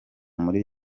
muri